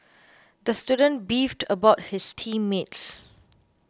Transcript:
the student beefed about his team mates